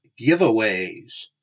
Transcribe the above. giveaways